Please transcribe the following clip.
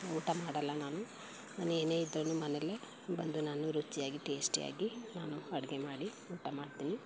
ಊಟ ಮಾಡೋಲ್ಲ ನಾನು ನಾನು ಏನೇ ಇದ್ದರೂ ಮನೆಯಲ್ಲೇ ಬಂದು ನಾನು ರುಚಿಯಾಗಿ ಟೇಸ್ಟಿಯಾಗಿ ನಾನು ಅಡುಗೆ ಮಾಡಿ ಊಟ ಮಾಡ್ತೀನಿ